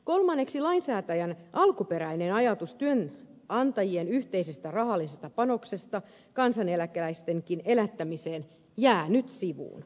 kolmanneksi lainsäätäjän alkuperäinen ajatus työnantajien yhteisestä rahallisesta panoksesta kansaneläkeläistenkin elättämiseen jää nyt sivuun